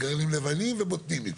גרעינים לבנים ובוטנים מצידי.